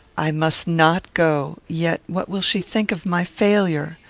i must not go yet what will she think of my failure?